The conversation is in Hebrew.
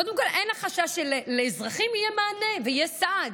קודם כול אין לה חשש שלאזרחים יהיה מענה ויהיה סעד.